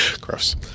Gross